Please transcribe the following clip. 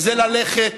וזה ללכת